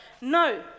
No